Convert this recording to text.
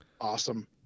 Awesome